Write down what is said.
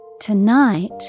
Tonight